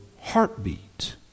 heartbeat